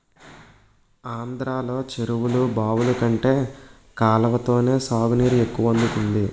ఆంధ్రలో చెరువులు, బావులు కంటే కాలవతోనే సాగునీరు ఎక్కువ అందుతుంది